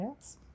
Yes